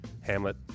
Hamlet